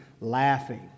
laughing